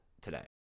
today